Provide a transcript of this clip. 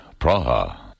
Praha